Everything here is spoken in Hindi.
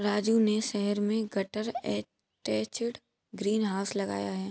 राजू ने शहर में गटर अटैच्ड ग्रीन हाउस लगाया है